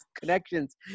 connections